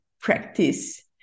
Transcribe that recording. practice